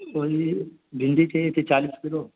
وہی بھنڈی چاہیے تھی چالیس کلو